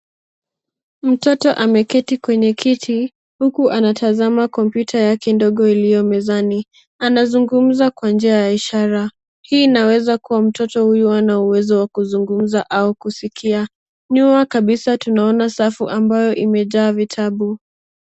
Mtoto ameketi kwenye kiti huku anatazama kompyuta yake ndogo iliyo mezani. Anazungumuza kwa njia ya ishara, hii inaweza kuwa mtoto huyu hana uwezo wa kuzungumza au kusikia. Nyuma kabisa tunaona safu ambayo imejaa vitabu.